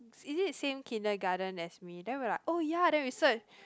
is it same kindergarten as me then we like oh ya then we search